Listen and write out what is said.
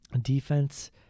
defense